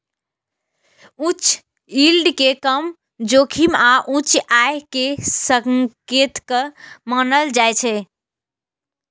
उच्च यील्ड कें कम जोखिम आ उच्च आय के संकेतक मानल जाइ छै